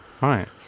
Right